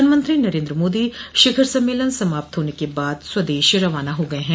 प्रधानमंत्री नरेन्द्र मोदी शिखर सम्मेलन समाप्त होने के बाद स्वदेश रवाना हो गए हैं